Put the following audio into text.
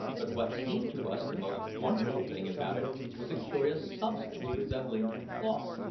but what seemed to us the most wonderful thing about it was a curious substance resembling cloth,